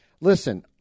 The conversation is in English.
listen